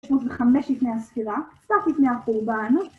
605 לפני הספירה, קצת לפני החורבן